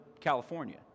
California